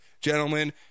gentlemen